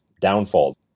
downfall